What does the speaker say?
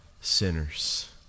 sinners